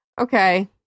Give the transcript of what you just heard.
Okay